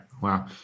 Wow